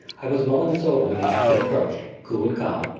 i was mulling this over when the captain approached, cool and calm,